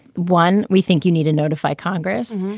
one we think you need to notify congress.